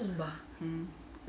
hmm